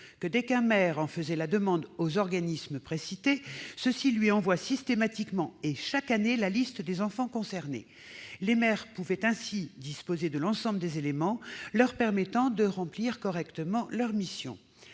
dès qu'un maire leur en faisait la demande, envoient systématiquement et chaque année la liste des enfants concernés. Les maires pourraient ainsi disposer de l'ensemble des éléments leur permettant de remplir correctement leur mission.